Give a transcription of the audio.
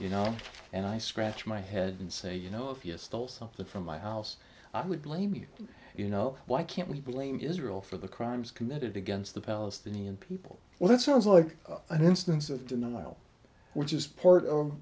you know and i scratch my head and say you know if you stole something from my house i would blame you you know why can't we blame israel for the crimes committed against the palestinian people well that sounds like an instance of denial which is part